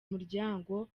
muryango